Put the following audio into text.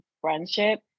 friendship